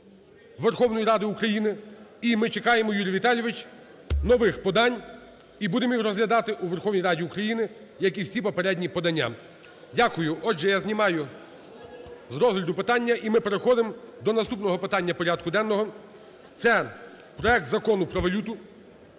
Верховної Ради України. І ми чекаємо, Юрій Віталійович, нових подань і будемо їх розглядати у Верховній Раді України, як і всі попередні подання. Дякую. Отже, я знімаю з розгляду питання, і ми переходимо до наступного питання порядку денного. Це проект Закону про валюту.